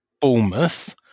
Bournemouth